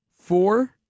four